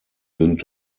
sind